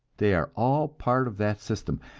they are all part of that system,